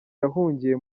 yahungiye